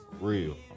real